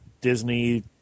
Disney